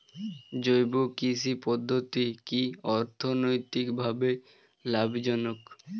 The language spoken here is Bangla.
জৈব কৃষি পদ্ধতি কি অর্থনৈতিকভাবে লাভজনক?